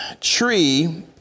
tree